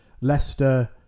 Leicester